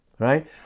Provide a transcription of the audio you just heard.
right